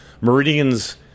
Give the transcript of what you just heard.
Meridian's